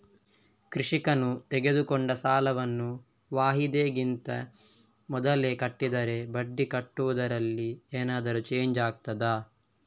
ಕೃಷಿಕನು ತೆಗೆದುಕೊಂಡ ಸಾಲವನ್ನು ವಾಯಿದೆಗಿಂತ ಮೊದಲೇ ಕಟ್ಟಿದರೆ ಬಡ್ಡಿ ಕಟ್ಟುವುದರಲ್ಲಿ ಏನಾದರೂ ಚೇಂಜ್ ಆಗ್ತದಾ?